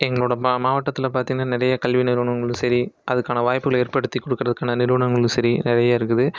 எங்களோடய ம மாவட்டத்தில் பார்த்தின்னா நிறைய கல்வி நிறுவனங்களும் சரி அதுக்கான வாய்ப்புகள் ஏற்படுத்தி கொடுக்கறதுக்கான நிறுவனங்களும் சரி நிறைய இருக்குது